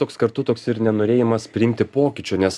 toks kartu toks ir nenorėjimas priimti pokyčio nes